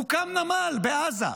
הוקם נמל בעזה.